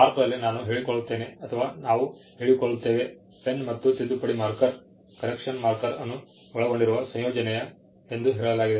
ಭಾರತದಲ್ಲಿ ನಾನು ಹೇಳಿಕೊಳ್ಳುತ್ತೇನೆ ಅಥವಾ ನಾವು ಹೇಳಿಕೊಳ್ಳುತ್ತೇವೆ ಪೆನ್ ಮತ್ತು ತಿದ್ದುಪಡಿ ಮಾರ್ಕರ್ ಅನ್ನು ಒಳಗೊಂಡಿರುವ ಸಂಯೋಜನೆಯ ಎಂದು ಹೇಳಲಾಗಿದೆ